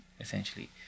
essentially